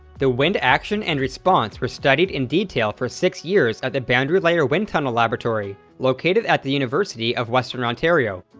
the wind action and response were studied in detail for six years at the boundary layer wind tunnel laboratory located at the university of western ontario.